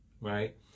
right